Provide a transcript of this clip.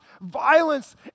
violence